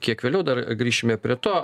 kiek vėliau dar grįšime prie to